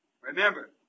remember